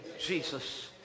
Jesus